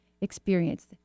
experience